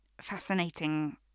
fascinating